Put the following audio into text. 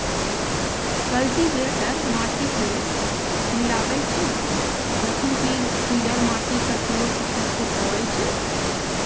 cultivator माटि कें मिलाबै छै, जखन कि टिलर माटिक कठोर सतह कें तोड़ै छै